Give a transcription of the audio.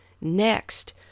Next